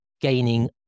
gaining